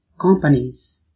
companies